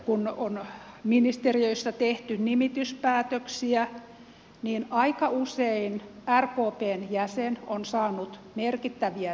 kun on ministeriöissä tehty nimityspäätöksiä niin aika usein rkpn jäsen on saanut merkittäviä virkoja